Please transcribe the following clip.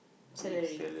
salary